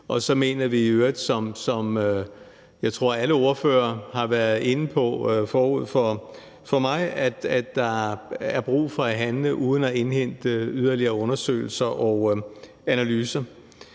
Og så mener vi i øvrigt, og jeg tror, alle ordførere har været inde på det forud for mig, at der er brug for at handle uden at indhente yderligere undersøgelser og analyser.